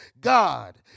God